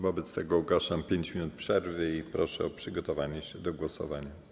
Wobec tego ogłaszam 5 minut przerwy i proszę o przygotowanie się do głosowania.